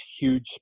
huge